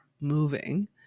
moving